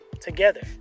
together